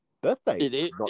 birthday